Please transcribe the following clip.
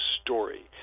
story